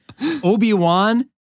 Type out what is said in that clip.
Obi-Wan